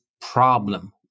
problem